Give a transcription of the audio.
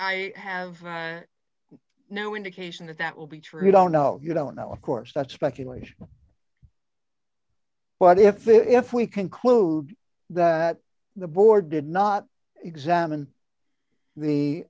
i have no indication that that will be true i don't know you don't know of course that's speculation what if if we conclude that the board did not examine the